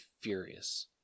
furious